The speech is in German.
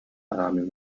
arabien